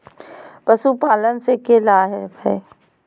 पशुपालन से के लाभ हय?